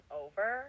over